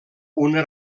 una